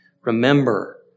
remember